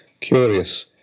Curious